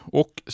och